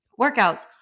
workouts